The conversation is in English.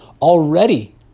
already